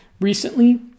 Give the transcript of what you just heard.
recently